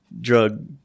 drug